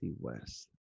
west